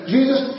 Jesus